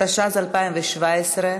התשע"ז 2017,